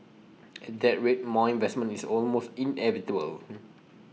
at that rate more investment is almost inevitable